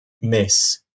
miss